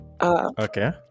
Okay